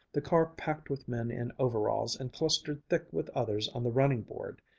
the car packed with men in overalls and clustered thick with others on the running-board.